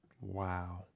Wow